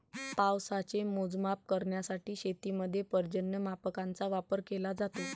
पावसाचे मोजमाप करण्यासाठी शेतीमध्ये पर्जन्यमापकांचा वापर केला जातो